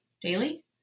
daily